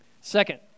Second